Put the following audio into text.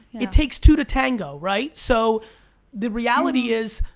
it take two to tango, right? so the reality is,